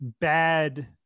bad